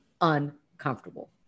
uncomfortable